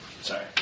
sorry